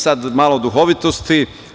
Sada malo duhovitosti.